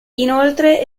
inoltre